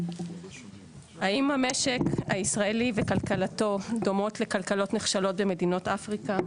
האם המשק הישראלי וכלכלתו דומות לכלכלות נכשלות במדינות אפריקה,